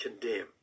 condemn